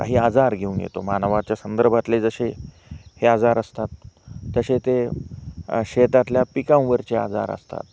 काही आजार घेऊन येतो मानवाच्या संदर्भातले जसे हे आजार असतात तसे ते शेतातल्या पिकांवरचे आजार असतात